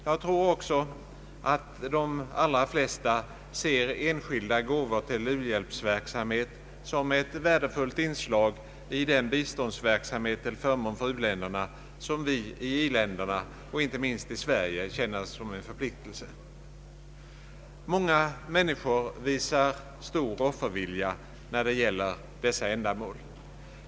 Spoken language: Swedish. Jag tror också att de allra flesta ser enskilda gåvor till u-hjälpsverksamhet som ett värdefullt inslag i den biståndsverksamhet till förmån för u-länderna som vi i i-länderna och inte minst i Sverige bör känna som en förpliktelse. Många människor visar stor offervilja när det gäller dessa ändamål.